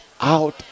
out